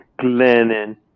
Glennon